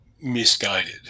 misguided